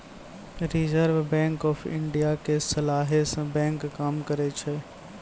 reserve Bank of India के सलाहे से बैंक काम करै छै